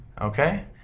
Okay